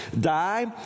die